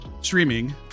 streaming